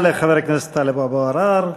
תודה לחבר הכנסת טלב אבו עראר.